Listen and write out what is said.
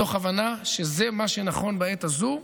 מתוך הבנה שזה מה שנכון בעת הזו.